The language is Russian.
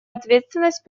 ответственность